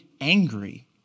angry